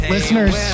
Listeners